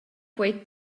quei